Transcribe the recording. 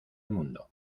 municipio